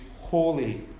holy